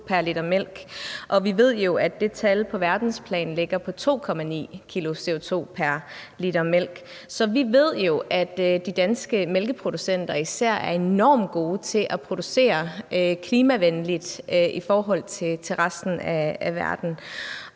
pr. liter mælk. Vi ved jo, at det tal på verdensplan ligger på 2,9 kg CO2 pr. liter mælk. Så vi ved jo, at de danske mælkeproducenter især er enormt gode til at producere klimavenligt i forhold til resten af verden.